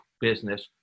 business